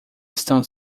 estão